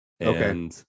Okay